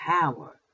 power